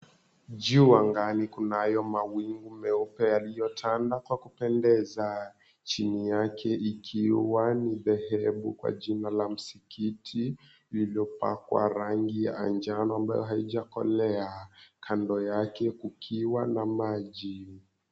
Juu angani kunayo mawingu meupe yaliyotanda kwa kupendeza. Chini yake ikiwa ni dhehebu kwa jina la msikiti, lililopakwa rangi ya njano ambayo haijakolea. Kando yake kukiwa na maji.